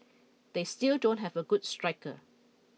they still don't have a good striker